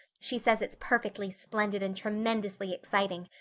she says it's perfectly splendid and tremendously exciting.